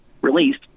released